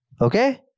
Okay